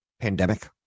pandemic